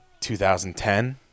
2010